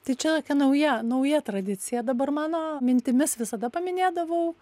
tai čia tokia nauja nauja tradicija dabar mano mintimis visada paminėdavau